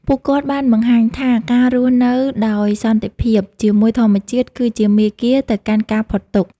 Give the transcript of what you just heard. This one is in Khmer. ពួកគាត់បានបង្ហាញថាការរស់នៅដោយសន្តិភាពជាមួយធម្មជាតិគឺជាមាគ៌ាទៅកាន់ការផុតទុក្ខ។